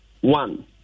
one